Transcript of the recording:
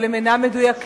אבל הם אינם מדויקים,